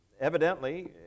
Evidently